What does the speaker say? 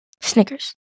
Snickers